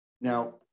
Now